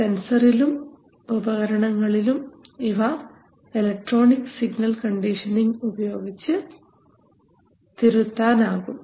സെൻസറിലും ഉപകരണങ്ങളിലും ഇവ electronic signal conditioning ഉപയോഗിച്ച് തിരുത്താൻ ആകും